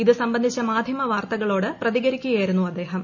ഇത് സംബന്ധിച്ച മാധ്യമ വാർത്തകളോട് പ്രതികരിക്കുകയായിരുന്നു അദ്ദേഹം